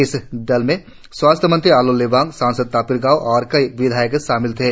इस दल में स्वास्थ्य मंत्री आलो लिवांग सांसद तापिर गाव और कई विधायक शामिल थे